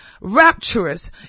rapturous